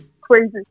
crazy